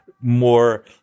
more